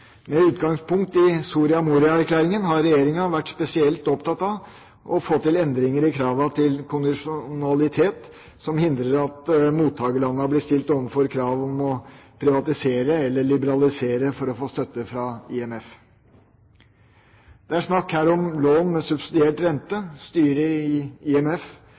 Med utgangspunkt i Soria Moria-erklæringen har regjeringa vært spesielt opptatt av å få til endringer i kravene til kondisjonalitet som hindrer at mottakerlandene blir stilt overfor krav om å privatisere eller liberalisere for å få støtte fra IMF. Det er her snakk om lån med subsidiert rente. Styret i IMF